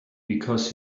because